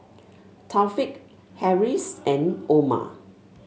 Taufik Harris and Omar